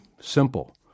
Simple